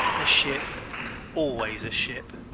a ship always a ship.